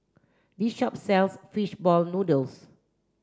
this shop sells fish ball noodles